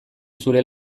zure